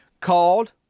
called